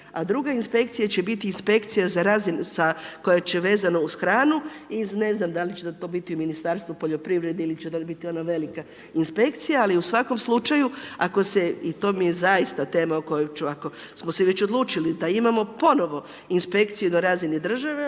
.../Govornik se ne razumije./... koja će vezano uz hranu i ne znam dal' će nam to biti u Ministarstvu poljoprivrede ili će dobiti ono velika inspekcija ali u svakom slučaju ako se i to mi je zaista o kojoj ću, ako smo se već odlučili da imamo, ponovno inspekciji na razini države,